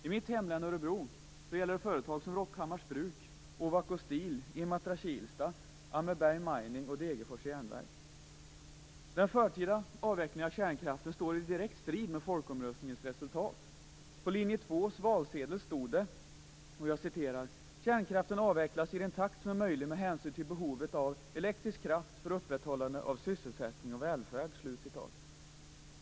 I mitt hemlän Örebro gäller det företag som Rockhammars Bruk, OVAKO Steel, IMATRA Den förtida avvecklingen av kärnkraften står i direkt strid mot folkomröstningens resultat. På valsedeln för linje 2 stod: Kärnkraften avvecklas i den takt som är möjlig med hänsyn till behovet av elektrisk kraft för upprätthållande av sysselsättning och välfärd.